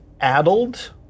addled